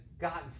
gotten